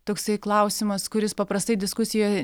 toksai klausimas kuris paprastai diskusijoj